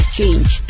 change